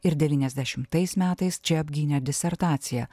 ir devyniasdešimais metais čia apgynė disertaciją